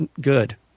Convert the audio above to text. good